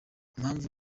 impamvu